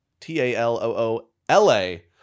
T-A-L-O-O-L-A